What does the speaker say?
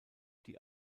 die